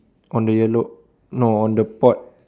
on the yellow no on the pot